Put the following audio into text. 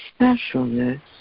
specialness